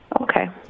Okay